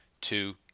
two